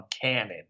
canon